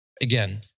again